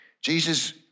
Jesus